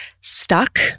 stuck